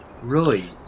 Roy